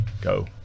go